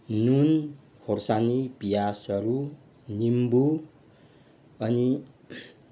नुन खोर्सानी प्याजहरू निम्बु अनि